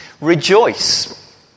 Rejoice